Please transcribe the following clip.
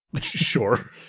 Sure